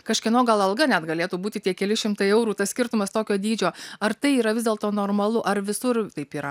kažkieno gal alga net galėtų būti tie keli šimtai eurų tas skirtumas tokio dydžio ar tai yra vis dėlto normalu ar visur taip yra